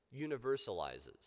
universalizes